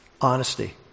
honesty